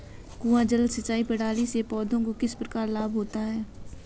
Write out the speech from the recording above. कुआँ जल सिंचाई प्रणाली से पौधों को किस प्रकार लाभ होता है?